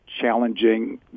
challenging